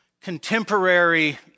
contemporary